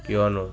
কিয়নো